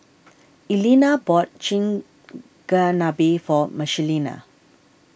Elena bought Chigenabe for Michelina